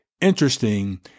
interesting